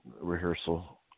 rehearsal